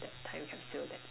that time capsule that